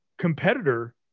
competitor